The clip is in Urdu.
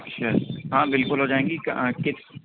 اچھا ہاں بالکل ہو جائیں گی